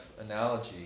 analogy